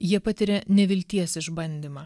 jie patiria nevilties išbandymą